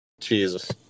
Jesus